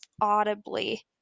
audibly